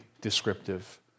descriptive